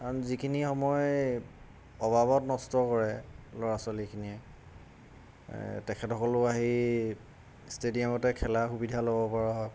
কাৰণ যিখিনি সময় অবাবত নষ্ট কৰে ল'ৰা ছোৱালীখিনিয়ে তেখেতসকলেও আহি ষ্টেডিয়ামতে খেলাৰ সুবিধা ল'ব পৰা হয়